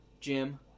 Jim